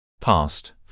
Past